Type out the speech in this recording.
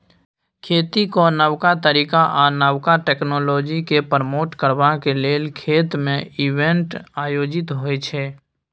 खेतीक नब तरीका आ नबका टेक्नोलॉजीकेँ प्रमोट करबाक लेल खेत मे इवेंट आयोजित होइ छै